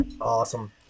Awesome